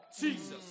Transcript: Jesus